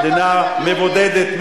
מדינה מבודדת,